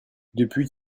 depuis